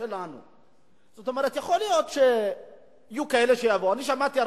גם כשהם לא נמצאים,